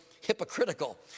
hypocritical